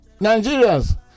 Nigerians